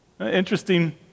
Interesting